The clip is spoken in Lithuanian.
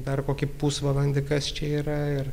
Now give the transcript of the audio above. dar kokį pusvalandį kas čia yra ir